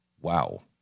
Wow